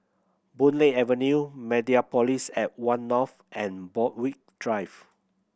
Boon Lay Avenue Mediapolis at One North and Borthwick Drive